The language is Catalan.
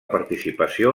participació